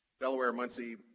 Delaware-Muncie